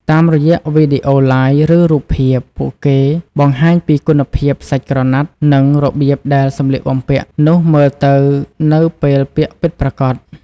តាមរយៈវីដេអូ ឡាយ ឬរូបភាព ពួកគេបង្ហាញពីគុណភាព សាច់ក្រណាត់ និងរបៀបដែលសម្លៀកបំពាក់នោះមើលទៅនៅពេលពាក់ពិតប្រាកដ។